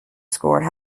scored